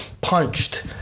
punched